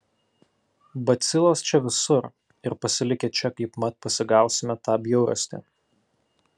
bacilos čia visur ir pasilikę čia kaip mat pasigausime tą bjaurastį